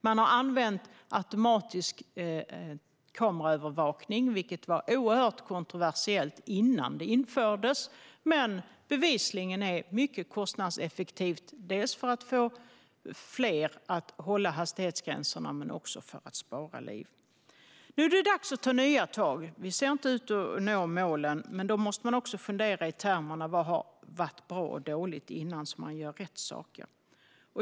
Man har använt automatisk kameraövervakning, vilket var oerhört kontroversiellt innan det infördes. Men det är bevisligen mycket kostnadseffektivt dels för att få fler att hålla hastighetsgränserna, dels för att spara liv. Nu är det dags att ta nya tag; vi ser inte ut att nå målen. Men då måste man också fundera i termer av vad som har varit bra och dåligt tidigare, så att man gör rätt saker.